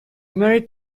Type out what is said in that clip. married